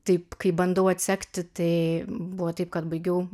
taip kai bandau atsekti tai buvo taip kad baigiau